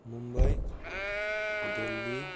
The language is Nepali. मुम्बई दिल्ली